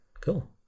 Cool